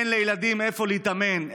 אין לילדים איפה להתאמן,